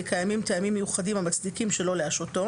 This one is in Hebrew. קיימים טעמים מיוחדים המצדיקים שלא להשעותו